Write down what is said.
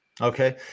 Okay